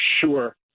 sure